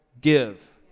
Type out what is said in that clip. give